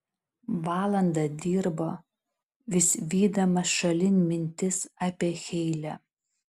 valandą dirbo vis vydamas šalin mintis apie heile